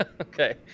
Okay